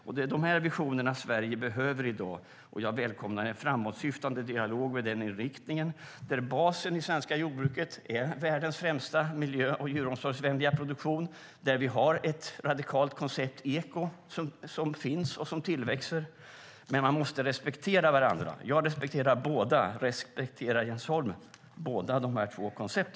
Det är de visionerna Sverige behöver i dag, och jag välkomnar en framåtsyftande dialog med inriktningen att basen i det svenska jordbruket är världens främsta miljö och djuromsorgsvänliga produktion. Vi har ett radikalt koncept, eko, som finns och som växer till. Men man måste respektera varandra. Jag respekterar båda. Respekterar Jens Holm dessa båda koncept?